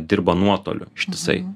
dirba nuotoliu ištisai